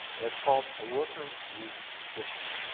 it's called a worker reads history.